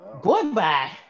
Goodbye